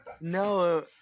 No